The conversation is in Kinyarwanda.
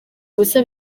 ubusa